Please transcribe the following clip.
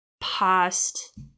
past